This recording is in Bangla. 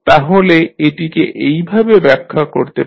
আমরা এটিকে এইভাবে ব্যাখ্যা করতে পারি